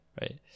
right